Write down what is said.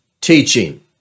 teaching